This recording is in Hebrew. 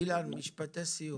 אילן, משפטי סיום.